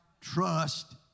Trust